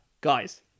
Guys